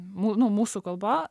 nu mūsų kalba